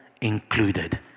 included